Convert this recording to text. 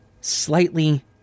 slightly